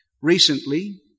Recently